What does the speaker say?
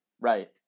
Right